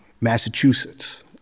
Massachusetts